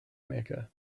mecca